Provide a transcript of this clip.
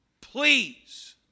please